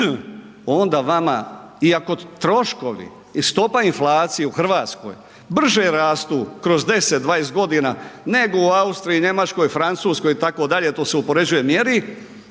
onda vama iako troškovi i stopa inflacije u Hrvatskoj brže rastu kroz 10, 20 godina nego u Austriji, Njemačkoj, Francuskoj itd., to se upoređuje i mjeri